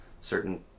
certain